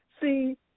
See